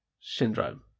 Syndrome